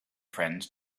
friends